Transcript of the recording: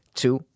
two